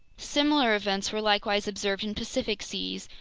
similar events were likewise observed in pacific seas,